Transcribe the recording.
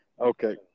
Okay